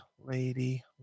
lady